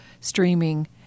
streaming